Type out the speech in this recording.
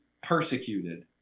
persecuted